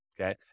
okay